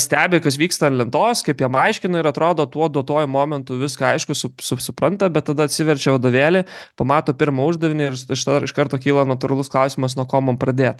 stebi kas vyksta ant lentos kaip jam aiškina ir atrodo tuo duotuoju momentu viską aišku sup su supranta bet tada atsiverčia vadovėlį pamato pirmą uždavinį ir š ir tada iš karto kyla natūralus klausimas nuo ko man pradėt